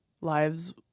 lives